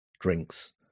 drinks